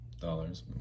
Dollars